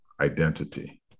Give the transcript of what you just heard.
identity